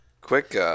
quick